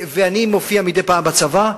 אני מופיע מדי פעם בצבא,